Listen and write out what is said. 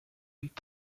und